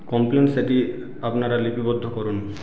complain সেটি আপনারা লিপিবদ্ধ করুন